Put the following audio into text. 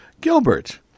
Gilbert